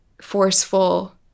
forceful